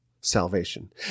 salvation